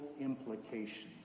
implications